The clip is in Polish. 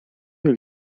jak